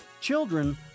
Children